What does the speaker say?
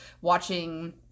watching